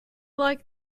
like